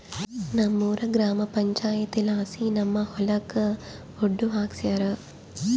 ನಮ್ಮೂರ ಗ್ರಾಮ ಪಂಚಾಯಿತಿಲಾಸಿ ನಮ್ಮ ಹೊಲಕ ಒಡ್ಡು ಹಾಕ್ಸ್ಯಾರ